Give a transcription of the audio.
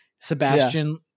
Sebastian